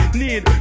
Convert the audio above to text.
need